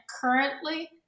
currently